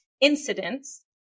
incidents